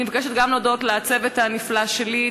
אני מבקשת גם להודות לצוות הנפלא שלי.